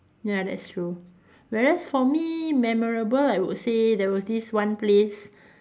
ya that's true whereas for me memorable I would say there was this one place